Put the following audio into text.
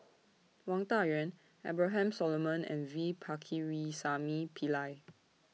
Wang Dayuan Abraham Solomon and V Pakirisamy Pillai